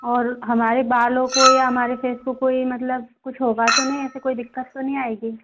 और हमारे बालों को या हमारे फेस कोई मतलब कुछ होगा तो नहीं ऐसी कोई दिक़्क़त तो नहीं आएगी